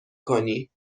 کنی